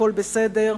הכול בסדר,